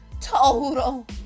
total